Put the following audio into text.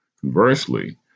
Conversely